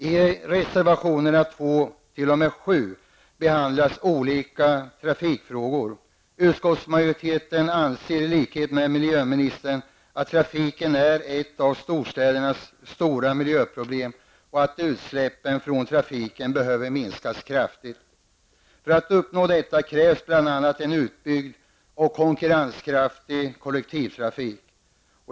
I reservationerna 2--7 behandlas olika trafikfrågor. Utskottsmajoriteten anser i likhet med miljöministern att trafiken är ett av storstädernas stora miljöproblem och att utsläppen från trafiken behöver minskas kraftigt. För att uppnå detta krävs bl.a. en utbyggd och konkurrenskraftig kollektivtrafik.